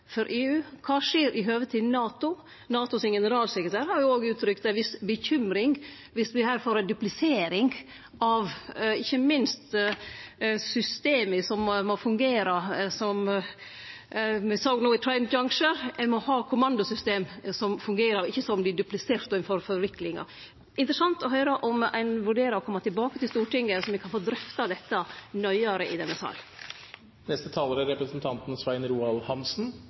EU? Kva skjer i høve til NATO? Generalsekretæren i NATO har òg uttrykt ei viss bekymring dersom vi her får ei duplisering av, ikkje minst, system som må fungere, som me no såg i Trident Juncture. Ein må ha kommandosystem som fungerer, og som ikkje vert dupliserte, slik at ein får forviklingar. Det er interessant å høyre om ein vurderer å kome tilbake til Stortinget, slik at me kan få drøfte dette nøyare i denne salen. Representanten Sigbjørn Gjelsvik sa at det er